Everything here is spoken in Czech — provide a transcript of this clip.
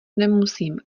nemusím